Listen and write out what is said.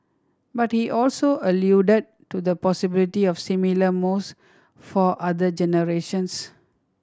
but he also alluded to the possibility of similar moves for other generations